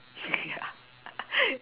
ya